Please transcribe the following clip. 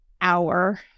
hour